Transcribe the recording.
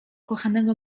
kochanego